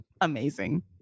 amazing